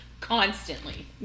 constantly